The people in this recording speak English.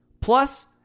Plus